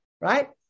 right